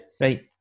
Right